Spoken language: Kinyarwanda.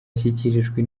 zashyikirijwe